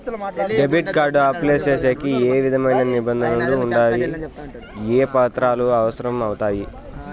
Debit card apply సేసేకి ఏ విధమైన నిబంధనలు ఉండాయి? ఏ పత్రాలు అవసరం అవుతాయి?